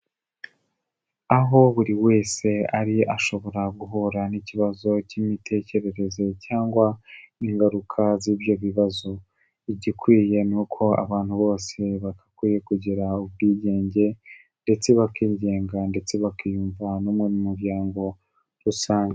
Aho buri wese ari ashobora guhura n'ikibazo cy'imitekerereze cyangwa ingaruka z'ibyo bibazo, igikwiye ni uko abantu bose bakwiye kugira ubwigenge ndetse bakigenga ndetse bakiyumva no mu muryango rusange.